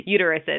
uteruses